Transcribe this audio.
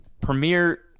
premiere